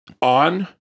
on